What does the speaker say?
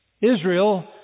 Israel